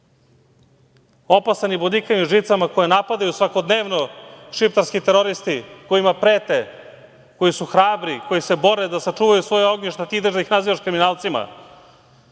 opasani bodljikavim žicama, koje napadaju svakodnevno šiptarski teroristi kojima prete, koji su hrabri, koji se bore da sačuvaju svoja ognjišta, ti ćeš da ih nazivaš kriminalcima?